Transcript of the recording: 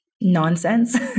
nonsense